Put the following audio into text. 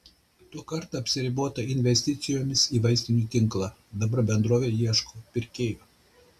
tuokart apsiribota investicijomis į vaistinių tinklą dabar bendrovė ieško pirkėjų